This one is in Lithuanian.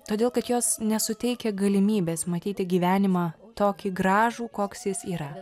todėl kad jos nesuteikia galimybės matyti gyvenimą tokį gražų koks jis yra